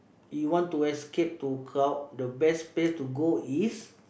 you want to escape to crowd the best place to go is